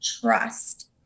trust